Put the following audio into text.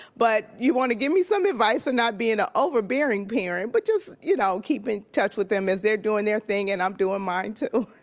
but you wanna give me some advice about not being an overbearing parent but just you know keep in touch with them as they're doing their thing and i'm doing mine too?